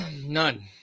None